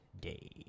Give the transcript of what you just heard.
Day